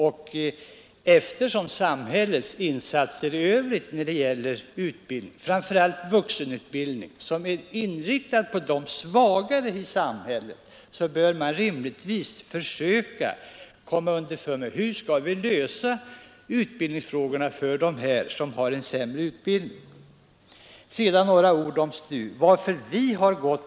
Men eftersom samhällets insatser framför allt när det gäller vuxenutbildningen är inriktade på de svagare i samhället bör vi också försöka komma underfund med hur utbildningsfrågorna för dem som har sämre utbildning skall lösas i det här sammanhanget.